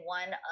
one